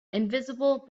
invisible